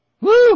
Woo